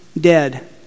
dead